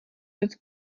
jetzt